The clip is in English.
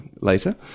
later